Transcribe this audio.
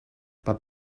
but